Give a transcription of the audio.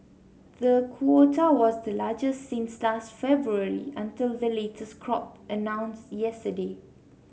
the quota was the largest since last February until the latest crop announced yesterday